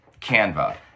Canva